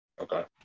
Okay